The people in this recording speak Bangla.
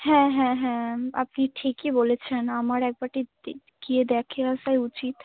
হ্যাঁ হ্যাঁ হ্যাঁ আপনি ঠিকই বলেছেন আমার একবারটি গিয়ে দেখে আসাই উচিত